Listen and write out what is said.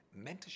mentorship